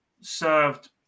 served